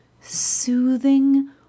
soothing